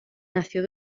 nació